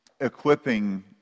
equipping